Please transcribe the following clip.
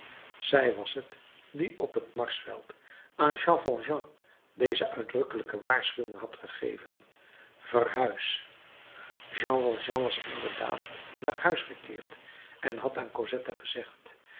zij was het die op het marsveld aan jean valjean deze uitdrukkelijke waarschuwing had gegeven verhuis jean valjean was inderdaad naar huis gekeerd en had aan cosette gezegd